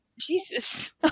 Jesus